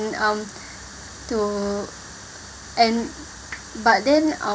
um to and but then um